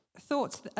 thoughts